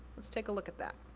let's take a look at that.